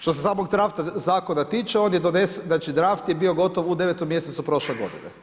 Što se samog drafta zakona tiče, on je donesen, znači draft je bio gotov u 9. mjesecu prošle godine.